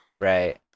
right